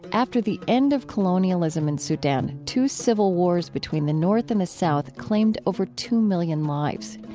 after the end of colonialism in sudan, two civil wars between the north and the south claimed over two million lives.